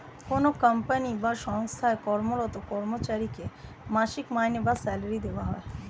কোনো কোম্পানি বা সঙ্গস্থায় কর্মরত কর্মচারীকে মাসিক মাইনে বা স্যালারি দেওয়া হয়